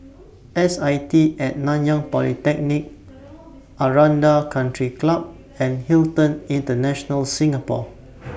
S I T At Nanyang Polytechnic Aranda Country Club and Hilton International Singapore